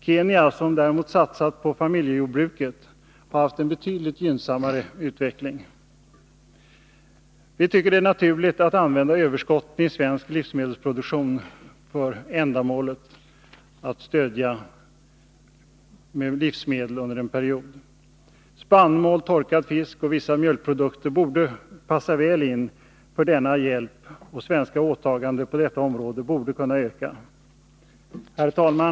Kenya däremot, som satsat på familjejordbruket, har haft en betydligt gynnsammare utveckling. Vi tycker att det är naturligt att överskotten i svensk livsmedelsproduktion används för att under en period bistå utvecklingsländer med livsmedel. Spannmål, torkad fisk och vissa mjölkprodukter borde passa väl för denna hjälp, och de svenska åtagandena på detta område borde kunna öka. Herr talman!